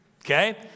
Okay